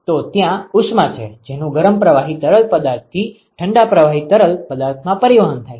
તો ત્યાં ઉષ્મા છે જેનું ગરમ પ્રવાહી તરલ પદાર્થથી ઠંડા પ્રવાહી તરલ પદાર્થમાં પરિવહન થાય છે